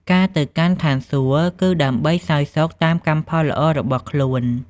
ការទៅកាន់ឋានសួគ៌ គឺដើម្បីសោយសុខតាមកម្មផលល្អរបស់ខ្លួន។